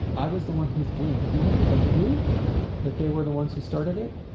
i was the one who was blamed. even if i knew that they were the ones who started it,